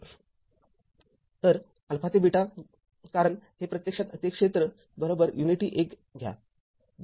तर α ते कारण हे प्रत्यक्षात ते क्षेत्र युनिटी १ घ्या